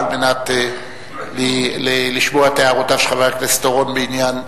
על מנת לשמוע את הערותיו של חבר הכנסת אורון בעניין,